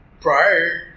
prior